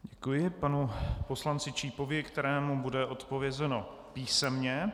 Děkuji panu poslanci Čípovi, kterému bude odpovězeno písemně.